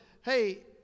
hey